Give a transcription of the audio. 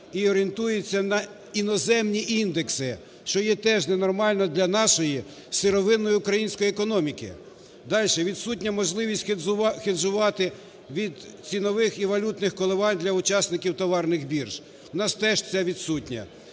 і орієнтується на іноземні індекси, що є теж ненормально для нашої сировинної української економіки. Далі, відсутня можливість хеджувати від цінових і валютних коливань для учасників товарних бірж. У нас теж це відсутнє.